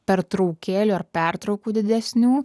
pertraukėlių ar pertraukų didesnių